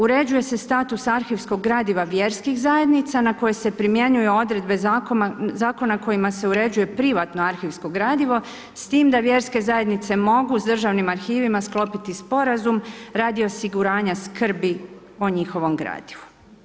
Uređuje se status arhivskog gradiva vjerskih zajednica na koje se primjenjuju odredbe zakona kojima se uređuje privatno arhivskog gradivo, s tim da vjerske zajednice mogu sa državnim arhivima sklopiti sporazum radi osiguranja skrbi o njihovom gradivu.